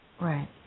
Right